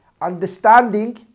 Understanding